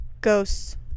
Ghosts